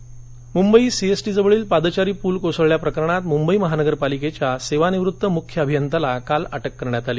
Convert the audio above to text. मंबई पल दर्घटना मुंबईत सी एस टी जवळील पादचारी पूल कोसळल्याच्या प्रकरणात मुंबई महानगर पालिकेच्या सेवानिवृत्त मुख्य अभियंत्याला काळ अटक करण्यात आली